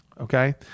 okay